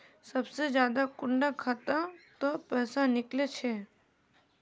सबसे ज्यादा कुंडा खाता त पैसा निकले छे?